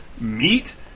meat